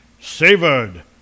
savored